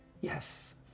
Yes